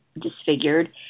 disfigured